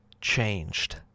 changed